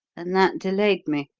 and that delayed me.